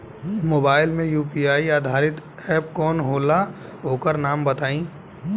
Mobile म UPI आधारित app कौन होला ओकर नाम बताईं?